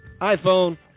iPhone